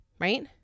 right